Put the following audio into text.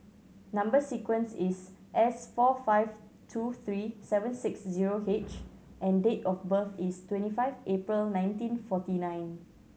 number sequence is S four five two three seven six zero H and date of birth is twenty five April nineteen forty nine